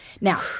Now